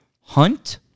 Hunt